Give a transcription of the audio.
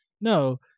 No